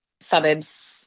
suburbs